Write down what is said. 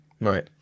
Right